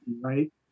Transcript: right